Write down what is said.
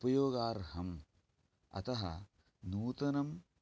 उपयोगाऽर्हम् अतः नूतनं